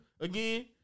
again